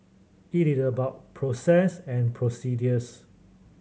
it is about process and